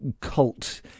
cult